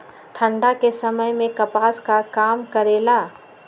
ठंडा के समय मे कपास का काम करेला?